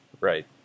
Right